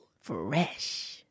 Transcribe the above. Fresh